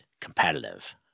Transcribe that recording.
competitive